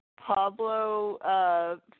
Pablo